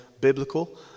biblical